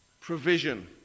provision